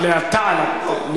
לנטות.